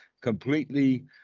completely